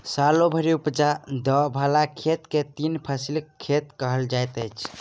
सालो भरि उपजा दय बला खेत के तीन फसिला खेत कहल जाइत अछि